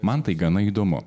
man tai gana įdomu